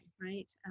right